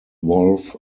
wolff